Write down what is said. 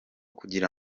kugira